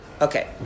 Okay